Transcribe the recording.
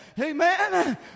Amen